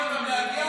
חייב אותם להגיע,